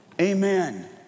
Amen